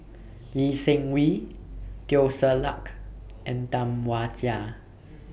Lee Seng Wee Teo Ser Luck and Tam Wai Jia